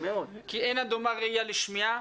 כי אין הדומה ראיה לשמיעה.